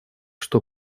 что